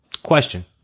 question